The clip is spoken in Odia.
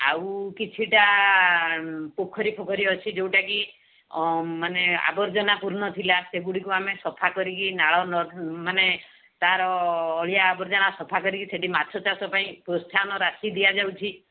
ଆଉ କିଛିଟା ପୋଖରୀ ଫୋଖରୀ ଅଛି ଯେଉଁଟା କି ମାନେ ଆବର୍ଜନା ପୂର୍ଣ୍ଣ ଥିଲା ସେଗୁଡ଼ିକୁ ଆମେ ସଫା କରିକି ନାଳ ମାନେ ତା ର ଅଳିଆ ଆବର୍ଜନା ସଫା କରିକି ସେଠି ମାଛ ଚାଷ ପାଇଁ ପ୍ରସ୍ଛାହନ ରାଶି ଦିଆଯାଉଛି